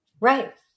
Right